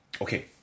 okay